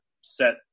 set